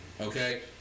Okay